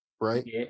right